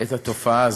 את התופעה הזאת.